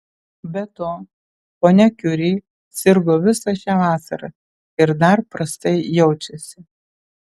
be to ponia kiuri sirgo visą šią vasarą ir dar prastai jaučiasi